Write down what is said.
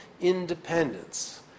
independence